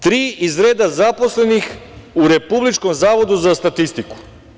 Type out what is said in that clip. Tri iz reda zaposlenih u Republičkom zavodu za statistiku.